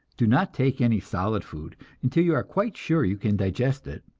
do not take any solid food until you are quite sure you can digest it,